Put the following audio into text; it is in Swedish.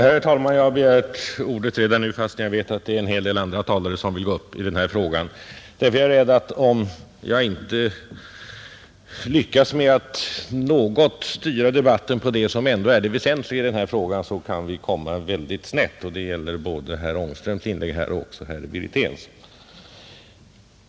Herr talman! Jag har begärt ordet redan nu fastän jag vet att en hel del andra talare vill gå upp i den här frågan, eftersom jag är rädd att om jag inte lyckas med att något styra debatten till det som ändå är det väsentliga i sammanhanget, kan vi komma väldigt snett; det gäller både herr Ångströms inlägg och herr Wirténs.